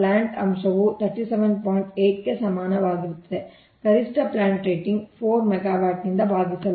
8 ಕ್ಕೆ ಸಮಾನವಾಗಿರುತ್ತದೆ ಗರಿಷ್ಠ ಪ್ಲಾಂಟ್ ರೇಟಿಂಗ್ 4 ಮೆಗಾವ್ಯಾಟ್ನಿಂದ ಭಾಗಿಸಲಾಗಿದೆ